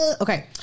Okay